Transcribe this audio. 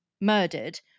murdered